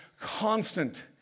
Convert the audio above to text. constant